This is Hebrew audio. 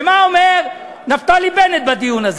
ומה אומר נפתלי בנט בדיון הזה?